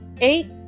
Eight